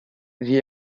vit